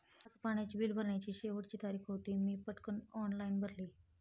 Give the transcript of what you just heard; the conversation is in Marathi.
आज पाण्याचे बिल भरण्याची शेवटची तारीख होती, मी पटकन ऑनलाइन भरले